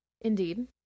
Indeed